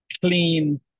Clean